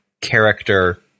character